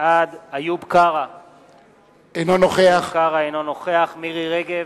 בעד איוב קרא, אינו נוכח מירי רגב,